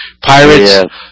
Pirates